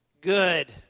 good